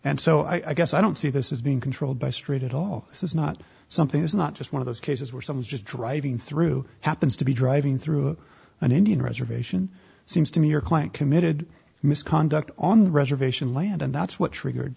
and so i guess i don't see this is being controlled by street at all this is not something it's not just one of those cases where someone just driving through happens to be driving through an indian reservation seems to me you're quite committed misconduct on the reservation land and that's what triggered